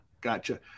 Gotcha